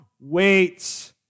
Wait